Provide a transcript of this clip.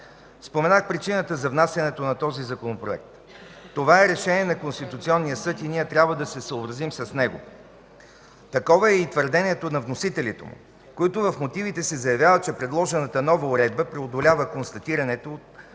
Споменах причината за внасянето на този Законопроект. Това е решение на Конституционния съд и ние трябва да се съобразим с него. Такова е и твърдението на вносителите му, които в мотивите си завяват, че предложената нова уредба преодолява констатираното от